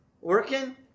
Working